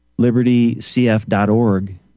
libertycf.org